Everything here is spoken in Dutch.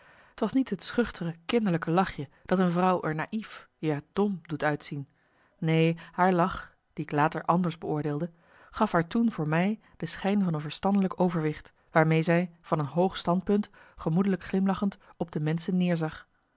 t was niet het schuchtere kinderlijke lachje dat een vrouw er naïef ja dom doet uitzien neen haar lach die ik later anders beoordeelde gaf haar toen voor mij de schijn van een verstandelijk overwicht waarmee zij van een hoog standpunt gemoedelijk glimlachend op de menschen neerzag